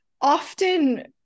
often